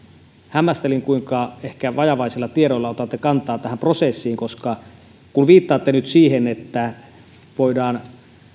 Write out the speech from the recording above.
hämmästelin kuinka ehkä vajavaisilla tiedoilla otatte kantaa tähän prosessiin kun viittaatte nyt siihen että voidaan